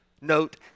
note